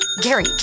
Gary